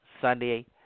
Sunday